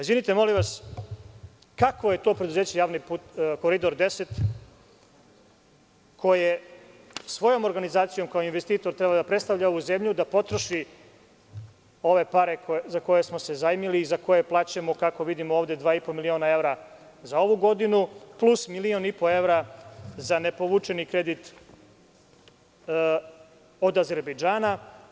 Izvinite molim vas, kakvo je to preduzeće „Koridor 10“ koje svojom organizacijom kao investitor treba da predstavlja ovu zemlju, da potroši ove pare za koje smo se zajmili i za koje plaćamo, kako vidim ovde, dva i po miliona evra za ovu godinu, plus 1,5 evra za ne povučeni kredit od Azerbejdžana.